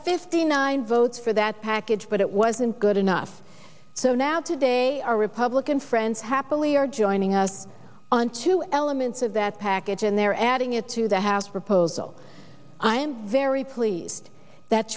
fifty nine votes for that package but it wasn't good enough so now today our republican friends happily are joining us on two elements of that package and they're adding it to the house proposal i am very pleased that